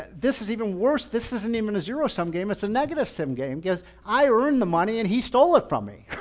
this is even worse. this isn't even a zero sum game, it's a negative sum game. cause i earned the money and he stole it from me.